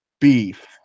beef